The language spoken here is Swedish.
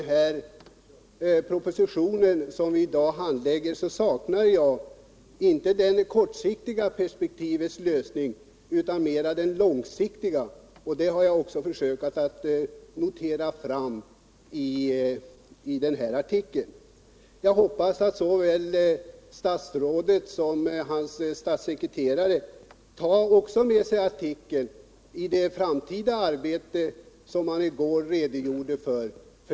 I den proposition som vi i dag handlägger saknar jag inte åtgärder i det kortsiktiga utan mera i det långsiktiga perspektivet, och det har jag också noterat i min artikel. Jag hoppas att såväl statsrådet som hans statssekreterare skall ta med sig artikeln i det framtida arbete som man i går redogjorde för.